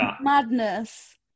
madness